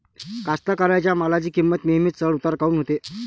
कास्तकाराइच्या मालाची किंमत नेहमी चढ उतार काऊन होते?